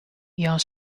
jan